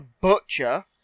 butcher